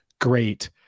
great